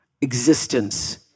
existence